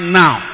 now